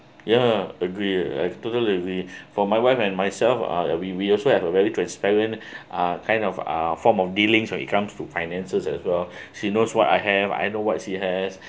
ya agree I totally agree for my wife and myself uh we we also have a very transparent uh kind of uh form of dealings when it comes to finances as well she knows what I have I know what she has